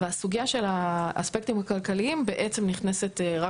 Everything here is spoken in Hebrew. והסוגיה של האספקטים הכלכליים בעצם נכנסת רק